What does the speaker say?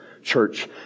church